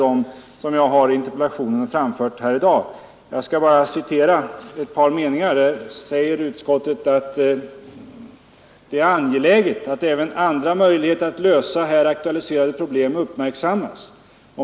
Där står bl.a. att det är ”enligt utskottets mening angeläget att även andra möjligheter att lösa här aktualiserade problem uppmärksammas.